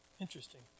Interesting